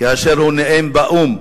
כאשר הוא נואם באו"ם,